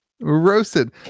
roasted